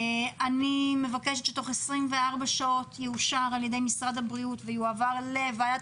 אני מבקשת תוך 24 שעות יאושר על ידי משרד החינוך ויועבר לוועדת